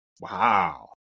Wow